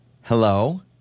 Hello